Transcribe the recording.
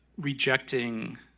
rejecting